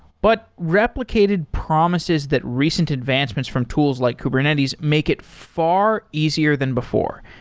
but replicated promises that recent advancements from tools like kubernetes make it far easier than before,